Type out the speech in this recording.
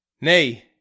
Nay